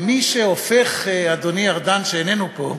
ומי שהופך, אדוני ארדן, שאיננו פה,